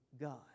God